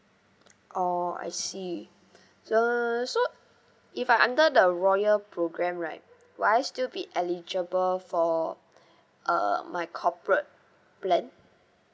oh I see so if I under the loyal program right will I still be eligible for uh my corporate plan